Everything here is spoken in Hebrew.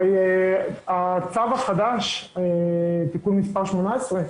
הצו החדש, תיקון מס' 18,